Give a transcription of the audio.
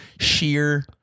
sheer